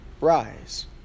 Rise